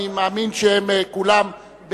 אני מאמין שהם כולם,